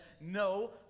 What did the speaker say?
no